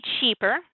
cheaper